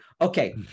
okay